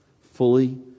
fully